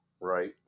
right